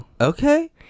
Okay